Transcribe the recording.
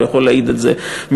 הוא יכול להעיד על זה בעצמו.